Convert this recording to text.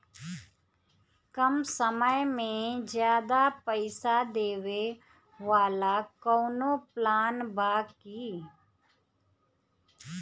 कम समय में ज्यादा पइसा देवे वाला कवनो प्लान बा की?